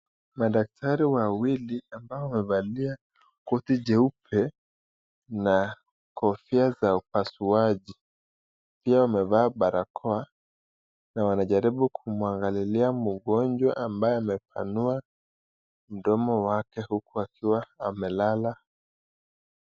Madaktari wawili ambao wamevalia koti jeupe, na kofia za upaswaji, pia wamevaa barakoa na wanajaribu kumuangalilia mgonjwa ambaye amepanua mdomo wake huku akiwa amelala.